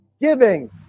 giving